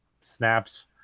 snaps